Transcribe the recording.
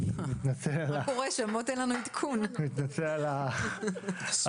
אז אני מתנצל על העיכוב.